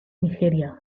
nigeria